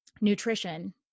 nutrition